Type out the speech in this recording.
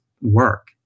work